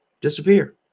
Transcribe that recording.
disappear